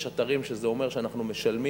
יש אתרים שזה אומר שאנחנו משלמים,